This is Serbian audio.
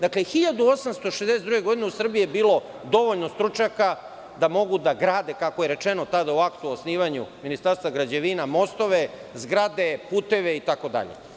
Dakle, 1862. godine u Srbiji je bilo dovoljno stručnjaka da mogu da grade, kako je rečeno tada u aktu o osnivanju Ministarstva građevina, mostove, zgrade, puteve, itd.